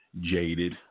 jaded